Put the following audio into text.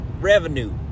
revenue